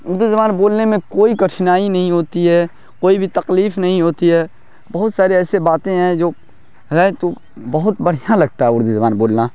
اردو زبان بولنے میں کوئی کٹھنائی نہیں ہوتی ہے کوئی بھی تکلیف نہیں ہوتی ہے بہت سارے ایسے باتیں ہیں جو ہے تو بہت بڑھیا لگتا ہے اردو زبان بولنا